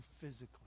physically